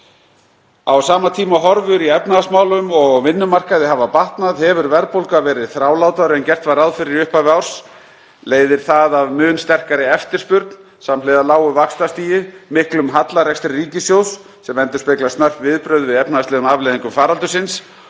Á sama tíma og horfur í efnahagsmálum og á vinnumarkaði hafa batnað hefur verðbólga verið þrálátari en gert var ráð fyrir í upphafi árs. Leiðir það af mun sterkari eftirspurn samhliða lágu vaxtastigi, miklum hallarekstri ríkissjóðs sem endurspeglar snörp viðbrögð við efnahagslegum afleiðingum faraldursins